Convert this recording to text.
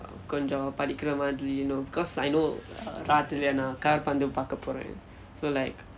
கொஞ்ச படிக்கிற மாதிரி:koncha padikkira maathiri you know cause I know ராத்திரி இல்ல நான் காற்பந்து பார்க்க போறேன்:raatthiri illa naan kaarpanthu paarkka poren so like